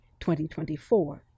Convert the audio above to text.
2024